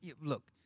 Look